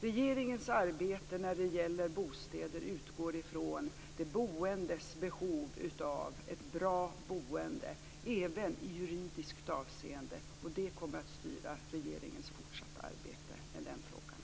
Regeringens arbete när det gäller bostäder utgår ifrån de boendes behov av ett bra boende, även i juridiskt avseende, och det kommer att styra regeringens fortsatta arbete med den frågan.